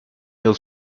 yıl